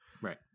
Right